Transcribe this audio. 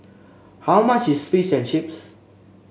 how much is Fish and Chips